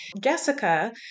Jessica